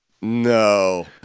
No